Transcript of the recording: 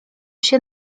się